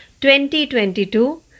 2022